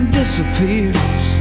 disappears